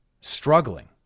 struggling